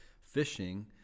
fishing